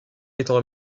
étant